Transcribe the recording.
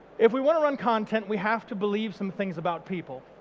if we want to run content, we have to believe some things about people.